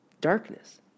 darkness